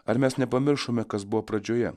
ar mes nepamiršome kas buvo pradžioje